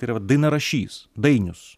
tai yra va dainarašys dainius